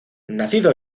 nacido